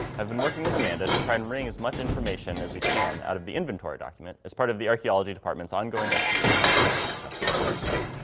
i've been working with amanda to try and ring as much information as we can out of the inventory document as part of the archeology department's ongoing excavation at custis square site.